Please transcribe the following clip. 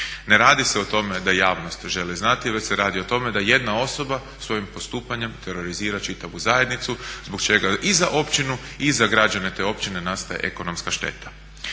Ne radi se o tome da javnost želi znati već se radi o tome da jedna osoba svojim postupanjem terorizira čitavu zajednicu zbog čega i za općinu i za građane te općine nastaje ekonomska šteta.